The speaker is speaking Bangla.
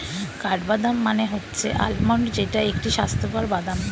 কাঠবাদাম মানে হচ্ছে আলমন্ড যেইটা একটি স্বাস্থ্যকর বাদাম